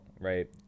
Right